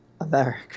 America